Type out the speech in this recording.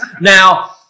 Now